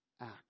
act